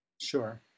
Sure